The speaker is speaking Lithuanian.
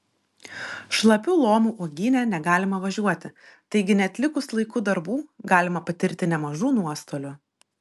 šlapių lomų uogyne negalima važiuoti taigi neatlikus laiku darbų galima patirti nemažų nuostolių